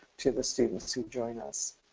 to the students who join us.